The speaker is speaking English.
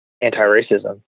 anti-racism